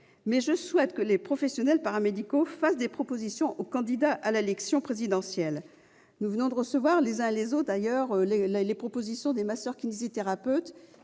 mais je souhaite que ces professionnels fassent des propositions aux candidats à l'élection présidentielle. Nous avons reçu les uns et les autres les propositions des masseurs-kinésithérapeutes,